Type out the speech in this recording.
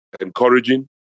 encouraging